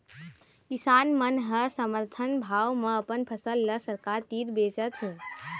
किसान मन ह समरथन भाव म अपन फसल ल सरकार तीर बेचत हे